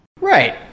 Right